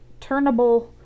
turnable